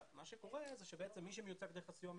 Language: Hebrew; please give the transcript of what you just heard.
מי שמיוצג דרך הסיוע המשפטי,